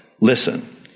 Listen